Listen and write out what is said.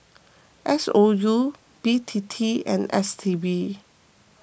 S O U B T T and S T B